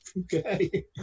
Okay